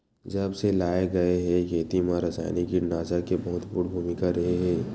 जब से लाए गए हे, खेती मा रासायनिक कीटनाशक के बहुत महत्वपूर्ण भूमिका रहे हे